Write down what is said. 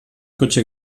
coche